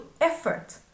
effort